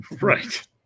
right